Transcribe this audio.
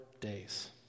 days